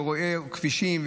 רואה כבישים,